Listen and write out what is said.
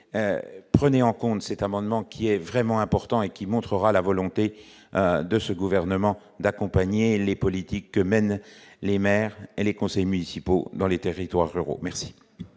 prenez-en qu'on ne sait, amendement qui est vraiment important et qui montrera la volonté de ce gouvernement d'accompagner les politiques que mènent les maires et les conseillers municipaux dans les territoires, merci. Merci